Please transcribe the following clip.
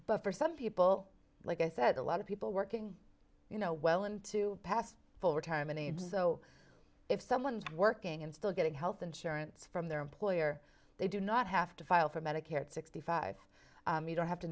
but for some people like i said a lot of people working you know well into past full retirement age so if someone is working and still getting health insurance from their employer they do not have to file for medicare at sixty five you don't have to